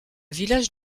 village